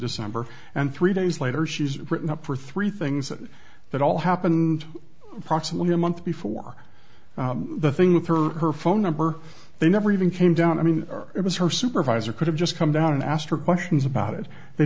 december and three days later she's written up for three things that that all happened approximately a month before the thing with her her phone number they never even came down i mean it was her supervisor could have just come down and ask her questions about it they